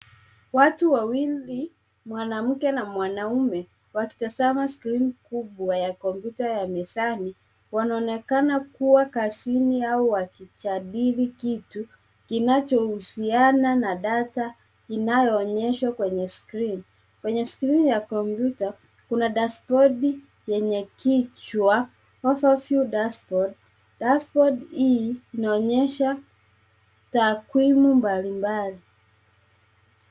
Watu wawili; mwanamke na mwanaume, wakitazama skrini kubwa ya kompyuta ya mezani wanaonekana kuwa kazini au wakijadili kitu kinachohusiana na data inayoonyeshwa kwenye screen . Kwenye screen ya kompyuta, dashbodi yenye kichwa Overview Dashboard . Dashboard hii inaonyesha takwimu mbalimbali.